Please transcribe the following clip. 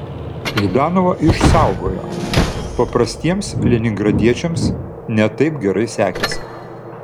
ždanovą išsaugojo paprastiems leningradiečiams ne taip gerai sekėsi